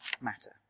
matter